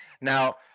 now